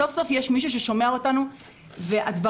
סוף סוף יש מישהו ששומע אותנו.